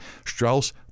strauss